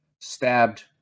stabbed